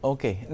Okay